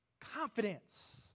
confidence